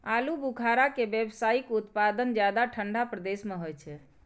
आलू बुखारा के व्यावसायिक उत्पादन ज्यादा ठंढा प्रदेश मे होइ छै